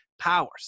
powers